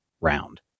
round